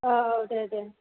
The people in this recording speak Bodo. औ दे दे